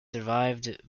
survived